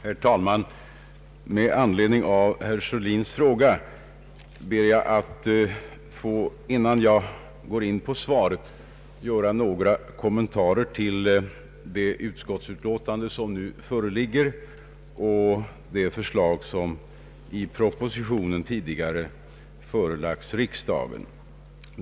Herr talman! Med anledning av herr Sörlins fråga vill jag, innan jag går in på svaret, göra några kommentarer till det utskottsutlåtande som nu föreligger och de förslag som i propositionen tidigare förelagts riksdagen.